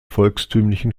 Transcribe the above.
volkstümlichen